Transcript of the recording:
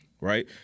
right